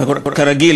כרגיל,